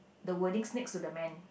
the wordings next to the man